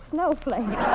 Snowflake